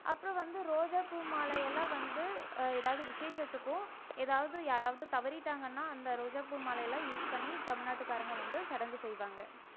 அப்புறம் வந்து ரோஜாப்பூ மாலை எல்லாம் வந்து ஏதாவது விசேஷத்துக்கும் ஏதாவது யாராவது யாராவது தவறிவிட்டாங்கன்னா அந்த ரோஜா பூ மாலையெலாம் யூஸ் பண்ணி தமிழ்நாட்டுக்காரங்க வந்து சடங்கு செய்வாங்க